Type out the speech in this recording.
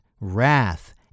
Wrath